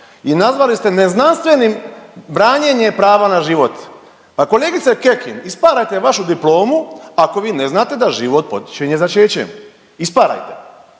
i nazvali ste neznanstvenim branjenjem prava na život. Pa kolegice Kekin, isparajte vašu diplomu ako vi ne znate da život počinje začećem. Isparajte.